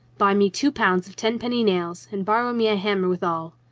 buy me two pounds of tenpenny nails and borrow me a hammer withal.